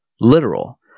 literal